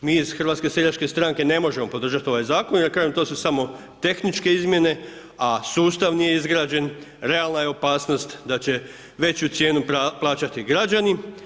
I evo, mi iz HSS-a ne možemo podržati ovaj zakon, jer kažem, to su samo tehničke izmjene, a sustav nije izgrađen, realna je opasnost da će veću cijenu plaćati građani.